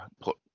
put